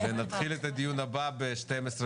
ונתחיל את הדיון הבא ב-12:20.